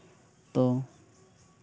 ᱛᱚ